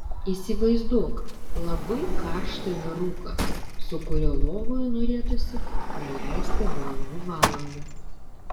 įsivaizduok labai karštą vyruką su kuriuo lovoje norėtųsi praleisti valandų valandas